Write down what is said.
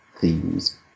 themes